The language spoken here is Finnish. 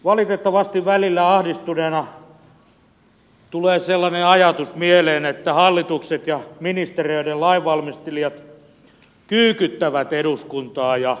valitettavasti välillä ahdistuneena tulee sellainen ajatus mieleen että hallitukset ja ministeriöiden lainvalmistelijat kyykyttävät eduskuntaa ja kansanedustajia